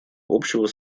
общего